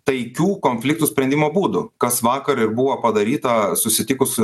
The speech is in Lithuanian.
taikių konfliktų sprendimo būdų kas vakar ir buvo padaryta susitikus